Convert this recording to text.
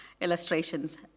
illustrations